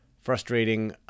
frustrating